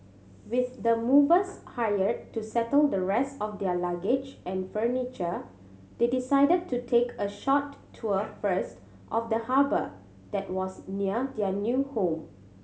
with the movers hired to settle the rest of their luggage and furniture they decided to take a short tour first of the harbour that was near their new home